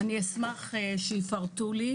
אשמח לפירוט.